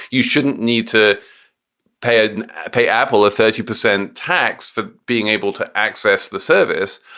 you shouldn't need to pay a and pay apple a thirty percent tax for being able to access the service.